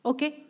Okay